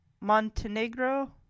Montenegro